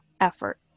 effort